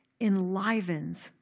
enlivens